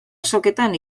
azoketan